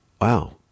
Wow